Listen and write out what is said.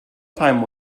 time